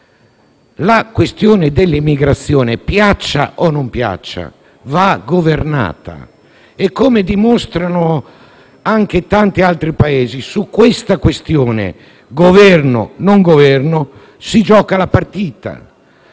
La questione dell'immigrazione, piaccia o non piaccia, va governata e, come dimostrano anche tanti altri Paesi, su questa questione (governo o non governo) si gioca la partita.